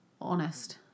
honest